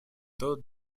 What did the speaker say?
тот